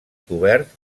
cobert